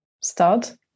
start